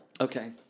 Okay